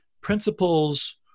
principles